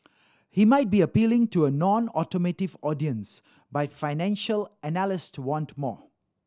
he might be appealing to a nonautomotive audience but financial analyst to want more